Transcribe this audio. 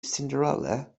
cinderella